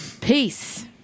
peace